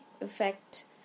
effect